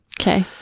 Okay